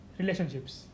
relationships